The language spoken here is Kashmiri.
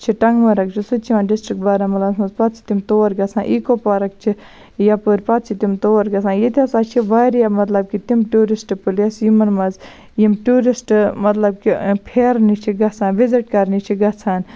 چھِ ٹَنٛگ مرگ چھُ سُہ تہِ چھُ یِوان ڈِسٹرک بارہمُلہ ہَس مَنٛز پَتہٕ چھِ تِم تور گَژھان اِکو پارک چھِ یَپٲر پَتہٕ چھِ تِم تور گَژھان ییٚتہِ ہَسا چھِ واریاہ مَطلَب کہِ تِم ٹیٚوٗرِسٹ پٕلیس یِمَن مَنٛز یِم ٹیٚوٗرِسٹ مطلب کہِ پھیرنہٕ چھِ گَژھان وِزِٹ کَرنہٕ چھِ گَژھان